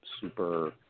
super